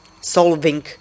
solving